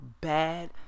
bad